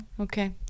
okay